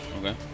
Okay